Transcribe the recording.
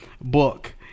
book